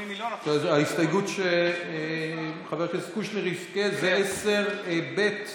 ההסתייגות שחבר הכנסת קושניר הזכיר היא 10 לחלופין ב',